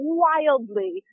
wildly